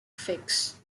fix